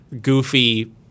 goofy